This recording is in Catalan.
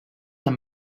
amb